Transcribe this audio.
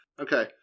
Okay